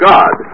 God